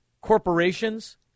corporations